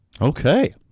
Okay